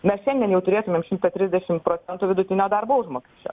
mes šiandien jau turėtumėm šimtą trisdešimt procentų vidutinio darbo užmokesčio